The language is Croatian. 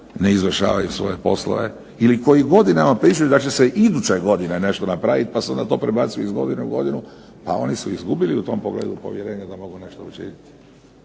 ne izvršavaju svoje poslove ili koji godinama pričaju da će se iduće godine nešto napraviti, pa se to prebacuje iz godine u godinu, pa oni su izgubili u tom pogledu povjerenje da mogu nešto učiniti.